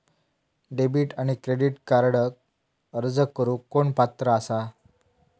Debit आणि credit कार्डक अर्ज करुक कोण पात्र आसा?